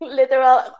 literal